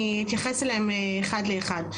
אני אתייחס אליהם אחד לאחד.